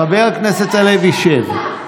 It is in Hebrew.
חבר הכנסת הלוי, שב.